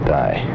die